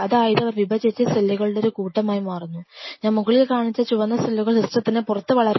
അതായത് അവർ വിഭജിച്ച് സെല്ലുകളുടെ ഒരു കൂട്ടം ആയി മാറുന്നു ഞാൻ മുകളിൽ കാണിച്ച ആ ചുവന്ന സെല്ലുകൾ സിസ്റ്റത്തിന് പുറത്ത് വളരുന്നതാണ്